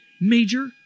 major